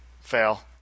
fail